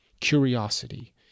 curiosity